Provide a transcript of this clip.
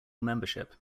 membership